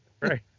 Right